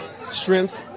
strength